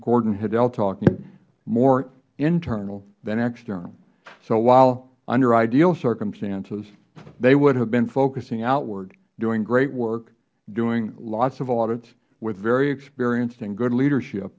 gordon heddell talking more internal than external so while under ideal circumstances they would have been focusing outward doing great work doing lots of audits with very experienced and good leadership